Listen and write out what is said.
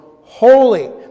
holy